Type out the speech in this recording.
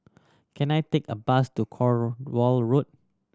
can I take a bus to Cornwall Road